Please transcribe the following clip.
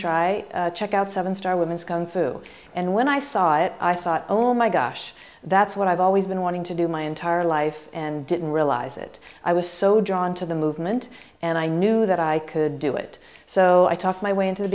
try check out seven star womens come through and when i saw it i thought oh my gosh that's what i've always been wanting to do my entire life and didn't realize it i was so drawn to the movement and i knew that i could do it so i talked my way into the